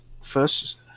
first